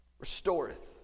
Restoreth